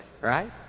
right